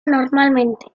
normalmente